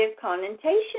connotation